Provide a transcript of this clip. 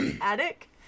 attic